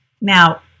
now